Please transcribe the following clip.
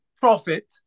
profit